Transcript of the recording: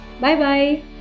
Bye-bye